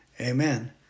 Amen